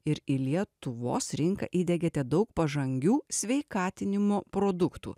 ir į lietuvos rinką įdegėte daug pažangių sveikatinimo produktų